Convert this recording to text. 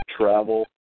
travel